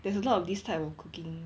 there's a lot of this type of cooking